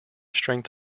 strength